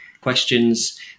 questions